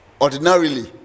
ordinarily